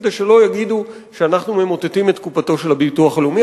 כדי שלא יגידו שאנחנו ממוטטים את קופתו של הביטוח הלאומי,